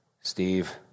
Steve